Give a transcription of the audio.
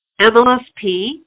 MLSP